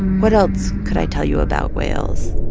what else could i tell you about whales?